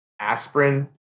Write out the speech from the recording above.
aspirin